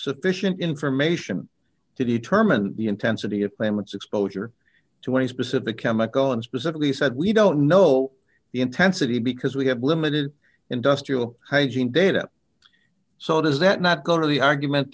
sufficient information to determine the intensity of claimants exposure to any specific chemical and specifically said we don't know the intensity because we have limited industrial hygiene data so does that not go to the argument